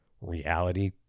reality